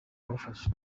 kubafasha